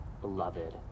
beloved